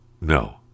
no